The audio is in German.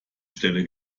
stelle